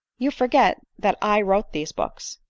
you forget that i wrote these books.